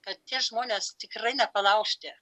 kad tie žmonės tikrai nepalaužti